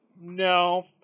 no